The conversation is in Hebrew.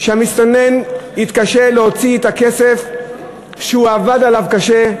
שהמסתנן יתקשה להוציא את הכסף שהוא עבד עליו קשה,